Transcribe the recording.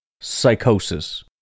psychosis